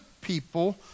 people